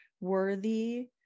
worthy